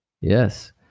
Yes